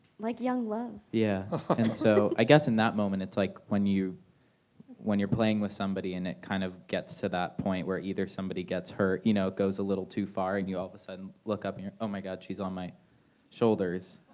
like young love. yeah and so i guess in that moment it's like when you when you're playing with somebody and it kind of gets to that point where either somebody gets hurt you know it goes a little too far and you all of a sudden look up here oh my god she's on my shoulders